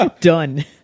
Done